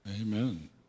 Amen